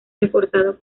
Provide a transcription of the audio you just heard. reforzado